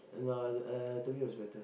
Uh no uh to me it was better